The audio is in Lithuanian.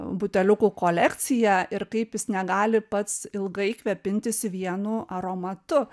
buteliukų kolekciją ir kaip jis negali pats ilgai kvepintis vienu aromatu